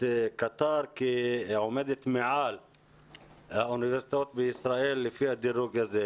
קטאר כעומדת מעל האוניברסיטאות בישראל לפי הדירוג הזה,